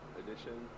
edition